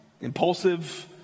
Impulsive